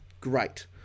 Great